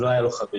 לא היו לו חברים.